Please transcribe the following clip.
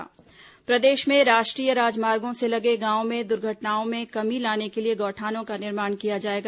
सिंहदेव गौठान प्रदेश में राष्ट्रीय राजमार्गो से लगे गांवों में दूर्घटनाओं में कमी लाने के लिए गौठानों का निर्माण किया जाएगा